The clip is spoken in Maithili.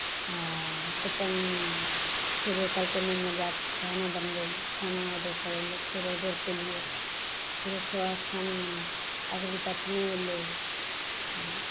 आ कूपनमे फेर कहलकै नम्बर दएके खाना बनबय लेल खाना ऑर्डर करय लेल ऑर्डर केलियै फेर ओ खाना अगबी तक नहि ऐलैए